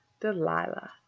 Delilah